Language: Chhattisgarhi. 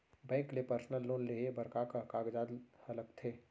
बैंक ले पर्सनल लोन लेये बर का का कागजात ह लगथे?